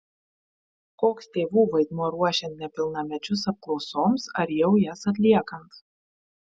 koks tėvų vaidmuo ruošiant nepilnamečius apklausoms ar jau jas atliekant